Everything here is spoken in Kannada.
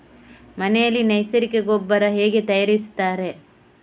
ಮನೆಯಲ್ಲಿ ನೈಸರ್ಗಿಕ ಗೊಬ್ಬರ ಹೇಗೆ ತಯಾರಿಸುತ್ತಾರೆ?